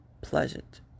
pleasant